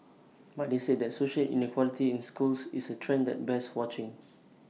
but they said that social inequality in schools is A trend that bears watching